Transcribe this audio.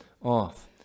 off